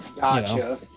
gotcha